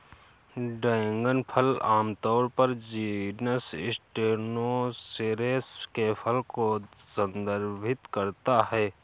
dragon फल आमतौर पर जीनस स्टेनोसेरेस के फल को संदर्भित करता है